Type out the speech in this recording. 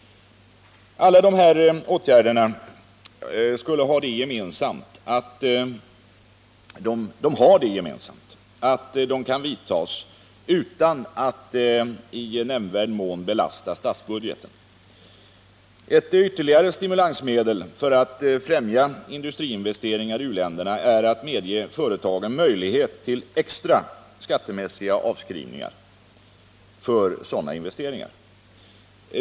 Alla dessa åtgärder har det gemensamt att de kan vidtas utan att i nämnvärd mån belasta statsbudgeten. Ett ytterligare stimulansmedel för att främja industriinvesteringar i u-länderna är att medge företagen möjlighet till extra skattemässiga avskrivningar för sådana investeringar.